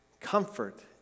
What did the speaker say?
comfort